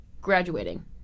graduating